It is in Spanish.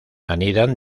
anidan